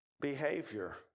behavior